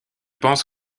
pense